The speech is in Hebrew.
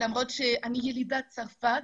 למרות שאני ילידת צרפת.